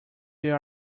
there